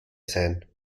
sein